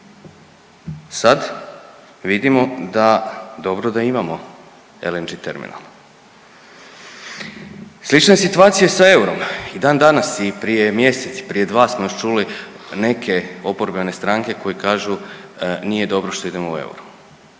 Sad vidimo da dobro da imamo LNG terminal. Slična je situacija i sa eurom i dan danas i prije mjesec i prije 2 smo još čuli neke oporbene stranke koje kažu nije dobro što idemo u euro.